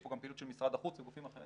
יש פה פעילות גם של משרד החוץ וגופים אחרים,